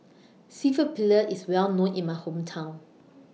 Seafood Paella IS Well known in My Hometown